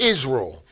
Israel